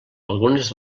algunes